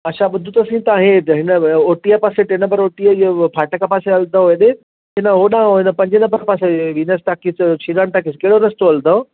अच्छा ॿुध त सई तव्हां इहे हिन ओटीअ पासे टे नंबर ओटीअ इहो फाटक पासे हलंदौ हेॾे की न होॾां हिन पंजे नंबर पासे Venus talkies Shri Ram talkies कहिड़ो रस्तो हलंदव